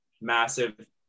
massive